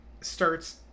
starts